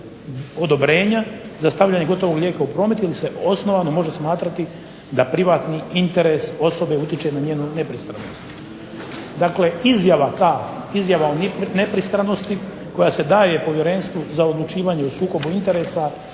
odobrenja za stavljanje gotovog lijeka u promet jer se osnovano može smatrati da privatni interes osobe utječe na njenu nepristranost. Dakle, izjava o nepristranosti koje se daje Povjerenstvu za odlučivanje o sukobu interesa